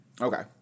Okay